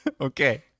okay